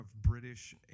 british